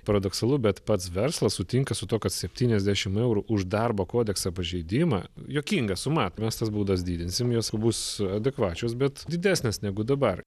paradoksalu bet pats verslas sutinka su tuo kad septyniasdešimt eurų už darbo kodeksą pažeidimą juokinga suma mes tas baudas didinsim jos bus adekvačios bet didesnės negu dabar